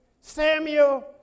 Samuel